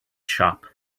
shop